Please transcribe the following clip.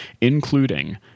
including